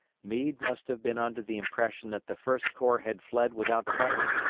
meade must have been under the impression that the first corps had fled without fighting.